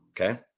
Okay